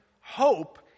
hope